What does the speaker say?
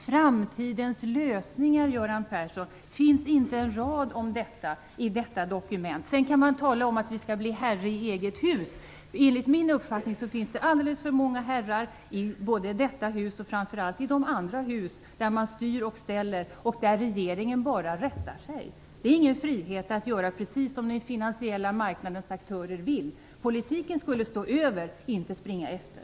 Det finns inte en rad om framtidens lösningar i det här dokumentet, Göran Persson. Sedan kan man tala om att man skall bli herre i eget hus. Enligt min uppfattning finns det alldeles för många herrar i detta hus och framför allt i de andra hus där man styr och ställer och som regeringen bara rättar sig efter. Det är ingen frihet att göra precis som den finansiella marknadens aktörer vill. Politiken skall stå över - inte springa efter.